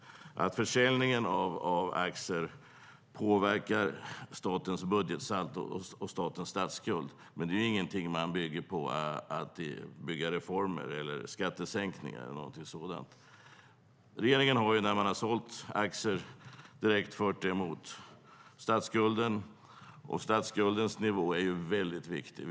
Försäljningen av aktier påverkar statens budgetsaldo och statens statsskuld, men det är ingenting som man bygger reformer, skattesänkningar eller någonting sådant på. Regeringen har när man har sålt aktier direkt fört det mot statsskulden. Och statsskuldens nivå är väldigt viktig.